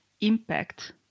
impact